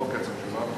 מספרנו קטן,